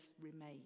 remain